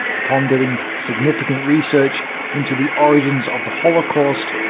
upon doing significant research into the origins of the holocaust,